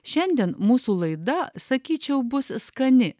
šiandien mūsų laida sakyčiau bus skani